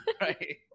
right